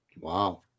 Wow